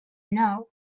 know